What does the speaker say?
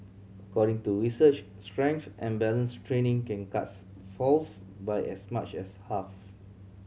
according to research strength and balance training can cuts falls by as much as half